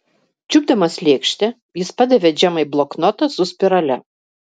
čiupdamas lėkštę jis padavė džemai bloknotą su spirale